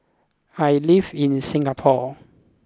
I live in Singapore